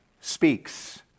speaks